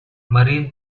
marine